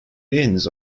inns